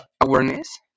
awareness